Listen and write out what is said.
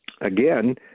again